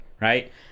right